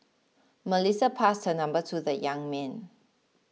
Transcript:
Melissa passed her number to the young man